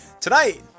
Tonight